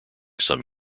some